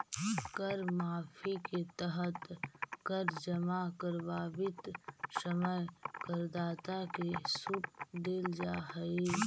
कर माफी के तहत कर जमा करवावित समय करदाता के सूट देल जाऽ हई